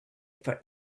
for